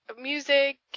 music